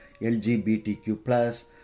LGBTQ+